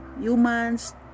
humans